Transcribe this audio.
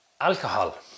Alcohol